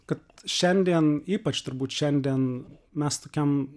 kad šiandien ypač turbūt šiandien mes tokiam